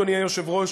אדוני היושב-ראש,